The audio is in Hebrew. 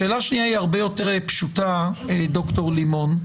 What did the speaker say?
שאלה שנייה היא הרבה יותר פשוטה, ד"ר לימון.